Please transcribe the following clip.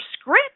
script